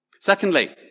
Secondly